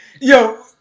yo